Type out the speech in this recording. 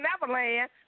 Neverland